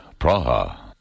Praha